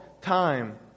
time